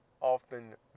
often